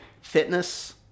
fitness